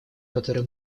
которые